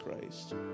Christ